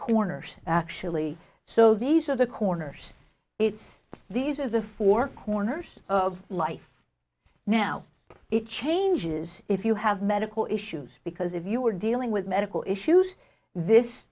corners actually so these are the corners it's these are the four corners of life now it changes if you have medical issues because if you were dealing with medical issues this